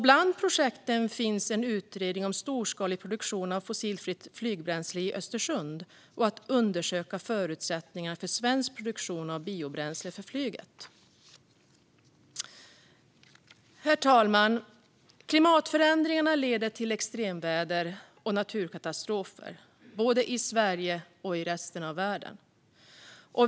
Bland projekten finns en utredning om storskalig produktion av fossilfritt flygbränsle i Östersund och att undersöka förutsättningarna för svensk produktion av biobränsle för flyget. Herr talman! Klimatförändringarna leder till extremväder och naturkatastrofer både i Sverige och i resten av världen.